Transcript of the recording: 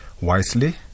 wisely